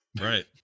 Right